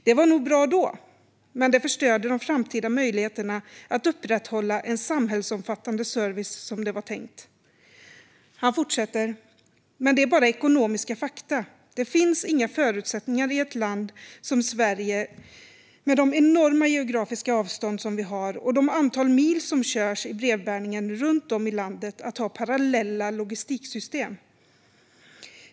Det var nog bra då, men det förstörde de framtida möjligheterna att upprätthålla en samhällsomfattande service som det var tänkt." Han fortsätter: "Men det är bara ekonomiska fakta. Det finns inga förutsättningar i ett land som Sverige med de enorma geografiska avstånd som vi har och de antal mil som körs i brevbärningen runt om i landet att ha parallella logistiksystem.